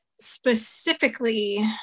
specifically